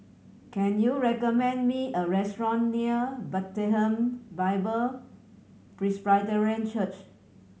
can you recommend me a restaurant near Bethlehem Bible Presbyterian Church